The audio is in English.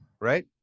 Right